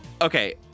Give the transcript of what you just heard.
Okay